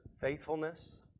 faithfulness